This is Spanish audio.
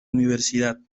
universidad